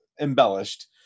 embellished